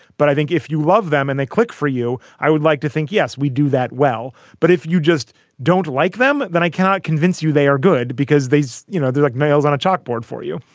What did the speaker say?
but i think if you love them and they click for you, i would like to think, yes, we do that well. but if you just don't like them, then i cannot convince you they are good because they you know, they're like nails on a chalkboard for you.